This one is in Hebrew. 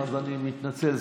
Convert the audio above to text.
אני מתנצל,